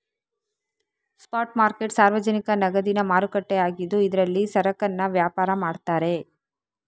spot market ಸಾರ್ವಜನಿಕ ನಗದಿನ ಮಾರುಕಟ್ಟೆ ಆಗಿದ್ದು ಇದ್ರಲ್ಲಿ ಸರಕನ್ನ ವ್ಯಾಪಾರ ಮಾಡ್ತಾರೆ